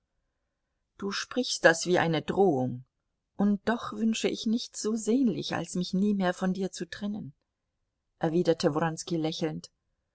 du sprichst das wie eine drohung und doch wünsche ich nichts so sehnlich als mich nie mehr von dir zu trennen erwiderte wronski lächelnd